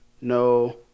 no